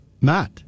Matt